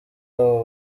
abo